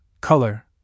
color